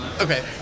Okay